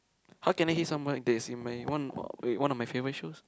how can I hate someone that is in my one wait one of my favourite shows